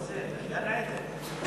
גן-עדן.